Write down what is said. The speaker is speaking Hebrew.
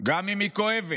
גם אם היא כואבת.